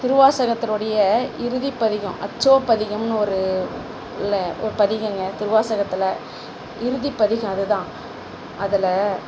திருவாசகத்தினுடைய இறுதி பதிகம் அச்சோ பதிகம்னு ஒரு இல்லை ஒரு பதிகங்க திருவாசகத்தில் இறுதிப் பதிகம் அதுதான் அதில்